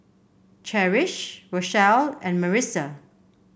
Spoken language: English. Cherish Rochelle and Marissa